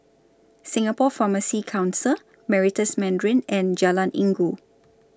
Singapore Pharmacy Council Meritus Mandarin and Jalan Inggu